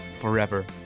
forever